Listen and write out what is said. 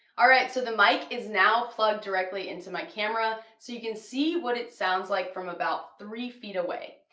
alright so the mic is now plugged directly into my camera so you can see what it sounds like from about three feet away.